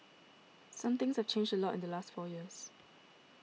some things have changed a lot in the last four years